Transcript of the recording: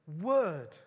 word